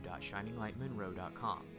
www.shininglightmonroe.com